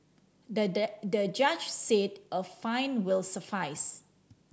the the judge said a fine will suffice